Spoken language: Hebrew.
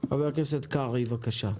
חבר הכנסת קרעי, בבקשה.